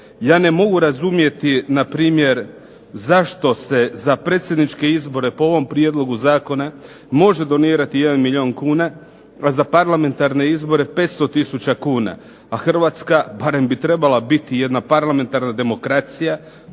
Ja ne mogu razumjeti npr. zašto se za predsjedničke izbore po ovom prijedlogu zakona može donirati jedan milijun kuna, a za parlamentarne izbore 500 tisuća kuna. A Hrvatska barem bi trebala biti jedna parlamentarna demokracija.